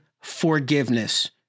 forgiveness